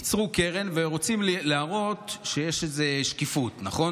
ייצרו קרן ורוצים להראות שיש איזו שקיפות, נכון?